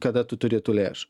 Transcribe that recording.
kada tu turi tų lėšų